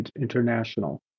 International